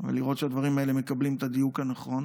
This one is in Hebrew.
ולראות שהדברים האלה מקבלים את הדיוק הנכון,